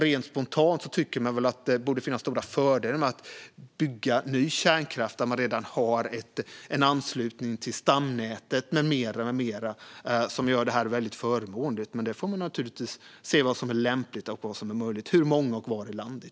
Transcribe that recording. Rent spontant tycker jag att det borde finnas stora fördelar med att bygga ny kärnkraft där man redan har en anslutning till stamnätet med mera som gör det förmånligt. Men man får givetvis se vad som är möjligt och lämpligt vad gäller antal och placering i landet.